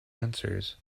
answers